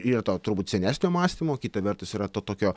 yra to turbūt senesnio mąstymo kita vertus yra to tokio